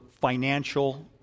financial